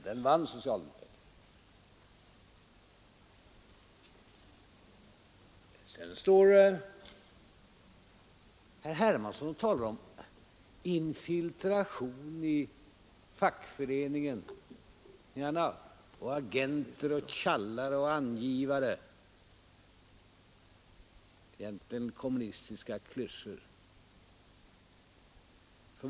Den vann socialdemokraterna. Sedan står herr Hermansson och talar om infiltration i fackföreningarna, om agenter, tjallare och angivare — egentligen kommunistiska klyschor.